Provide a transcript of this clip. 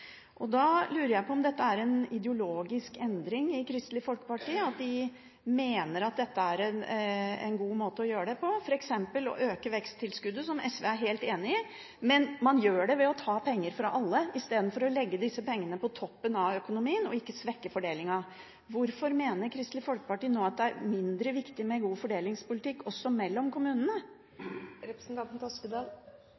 Jeg lurer på om dette er en ideologisk endring i Kristelig Folkeparti, om de mener at dette er en god måte å gjøre det på – f.eks. å øke veksttilskuddet, som SV er helt enig i. Man gjør det ved å ta penger fra alle i stedet for å legge disse pengene på toppen av økonomien og ikke svekke fordelingen. Hvorfor mener Kristelig Folkeparti det er mindre viktig med en god fordelingspolitikk, også mellom kommunene?